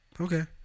Okay